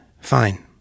fine